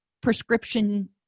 prescription